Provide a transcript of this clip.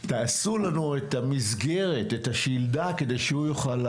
או כי עכשיו נגמר התקציב לשנה הזאת וכו'.